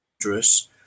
dangerous